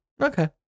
Okay